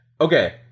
Okay